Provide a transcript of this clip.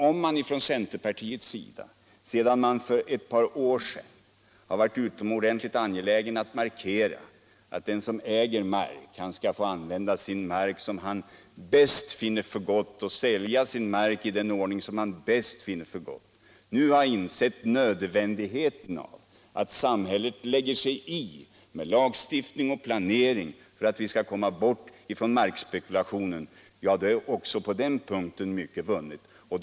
Om man i centerpartiet — sedan man för ett par år sedan varit utomordentligt angelägen om att markera att den som äger mark skall få använda sin mark som han finner för gott och få sälja sin mark i den ordning han anser bäst — nu har insett nödvändigheten av att samhället lägger sig i med lagstiftning och planering för att vi skall komma bort från markspekulationen, så är också på den punkten mycket vunnet.